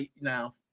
now